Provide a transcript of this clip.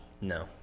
No